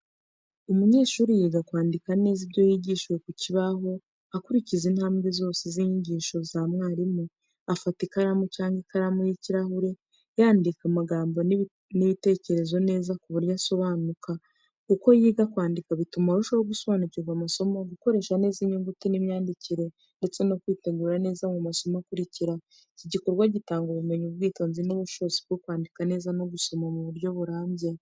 Umunyeshuri yiga kwandika neza ibyo yigishijwe ku kibaho, akurikiza intambwe zose z’inyigisho z’umwarimu. Afata ikaramu cyangwa ikaramu y’ikirahure, yandika amagambo n’ibitekerezo neza ku buryo asobanuka. Uko yiga kwandika, bituma arushaho gusobanukirwa amasomo, gukoresha neza inyuguti n’imyandikire, ndetse no kwitegura neza mu masomo akurikira. Iki gikorwa gitanga ubumenyi, ubwitonzi n’ubushobozi bwo kwandika neza no gusoma mu buryo burambye.